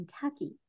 Kentucky